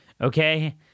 okay